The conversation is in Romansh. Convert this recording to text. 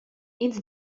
ins